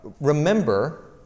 remember